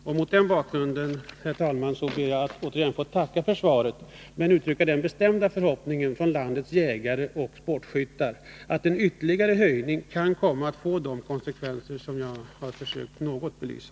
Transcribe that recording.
Jag ber återigen att få tacka för svaret, men jag uttrycker den bestämda uppfattningen, som landets jägare och sportskyttar har, att en ytterligare höjning kan komma att få de konsekvenser som jag har försökt att något belysa.